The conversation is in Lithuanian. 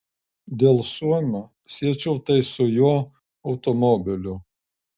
dėl suomio siečiau tai su jo automobiliu